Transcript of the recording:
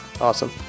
Awesome